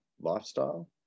lifestyle